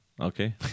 Okay